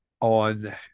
on